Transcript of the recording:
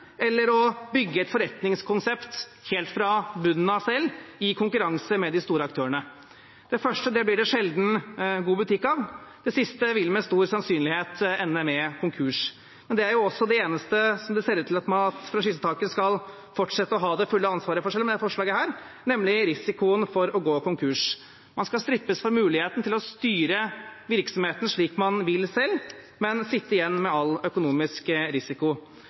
eller byggvarehus – må velge mellom å bli en slags leilending i kjedekapitalismen og å bygge et forretningskonsept helt fra bunnen av selv, i konkurranse med de store aktørene. Det første blir det sjelden god butikk av. Det siste vil med stor sannsynlighet ende med konkurs. Men det er også det eneste det ser ut til at franchisetakere skal fortsette å ha det fulle ansvaret for selv med dette forslaget, nemlig risikoen for å gå konkurs. Man skal strippes for muligheten til å styre virksomheten slik man selv vil, men sitte igjen med all økonomisk risiko.